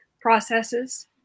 processes